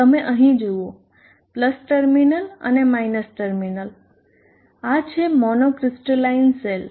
તમે અહીં જુઓ પ્લસ ટર્મિનલ અને માયનસ ટર્મિનલ આ છે મોનો ક્રિસ્ટલાઈન સેલ